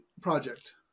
project